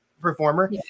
performer